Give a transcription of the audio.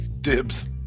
Dibs